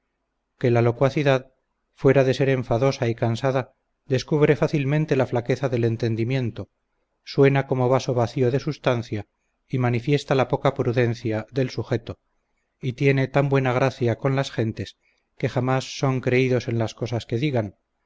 que la locuacidad fuera de ser enfadosa y cansada descubre fácilmente la flaqueza del entendimiento suena como vaso vacío de substancia y manifiesta la poca prudencia del sujeto y tiene tan buena gracia con las gentes que jamás son creídos en cosas que digan